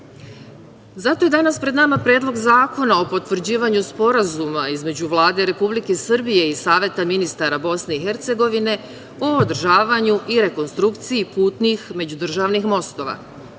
vek. Zato je danas pred nama Predlog zakona o potvrđivanju Sporazuma između Vlade Republike Srbije i Saveta ministara Bosne i Hercegovine o održavanju i rekonstrukciji putnih međudržavnih mostova.